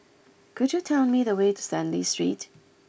could you tell me the way to Stanley Street